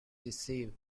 deceived